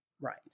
Right